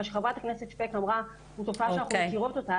מה שחברת הכנסת שפק אמרה היא תופעה שאנחנו מכירות אותה,